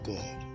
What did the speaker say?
God